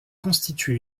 constituer